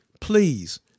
please